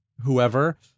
whoever